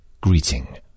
greeting